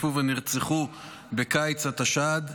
שנחטפו ונרצחו בקיץ התשע"ד,